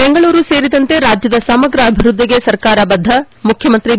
ಬೆಂಗಳೂರು ಸೇರಿದಂತೆ ರಾಜ್ಯದ ಸಮಗ್ರ ಅಭಿವೃದ್ಧಿಗೆ ಸರ್ಕಾರ ಬದ್ಧ ಮುಖ್ಯಮಂತ್ರಿ ಬಿ